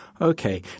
Okay